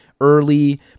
early